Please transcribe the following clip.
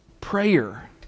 prayer